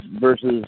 versus